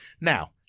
now